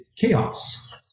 chaos